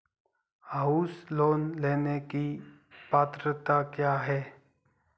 House loan लेने की पात्रता क्या है?